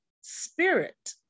spirit